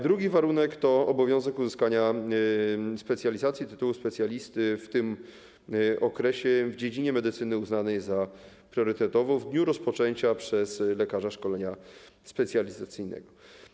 Drugi warunek to obowiązek uzyskania specjalizacji, tytułu specjalisty w tym okresie w dziedzinie medycyny uznanej za priorytetową w dniu rozpoczęcia przez lekarza szkolenia specjalizacyjnego.